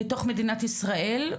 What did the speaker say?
בתוך מדינת ישראל,